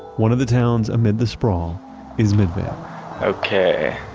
one of the towns amid the sprawl is midvale okay.